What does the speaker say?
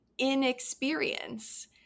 Inexperience